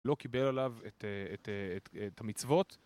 לא קיבל עליו את המצוות.